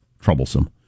troublesome